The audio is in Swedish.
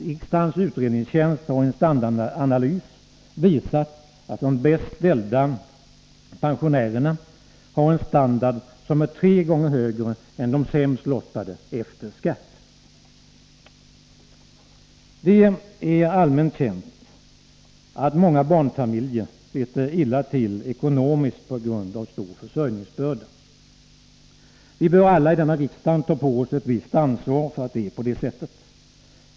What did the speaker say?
Riksdagens utrednings tjänst har i en standardanalys visat att de bäst ställda pensionärerna har en standard som är tre gånger högre än de sämst lottade har efter skatt. Det är allmänt känt att många barnfamiljer sitter illa till ekonomiskt på grund av stor försörjningsbörda. Vi bör alla i denna riksdag ta på oss ett visst ansvar för att det är på det sättet.